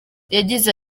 yagize